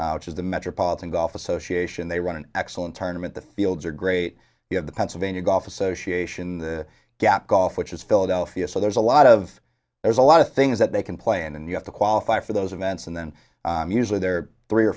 has the metropolitan golf association they run an actual internment the fields are great you have the pennsylvania golf association the gap golf which is philadelphia so there's a lot of there's a lot of things that they can play in and you have to qualify for those events and then usually there are three or